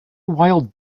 wild